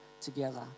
together